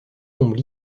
tombent